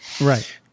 Right